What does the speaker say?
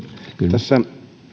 tässä